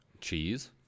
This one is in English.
Cheese